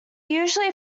usually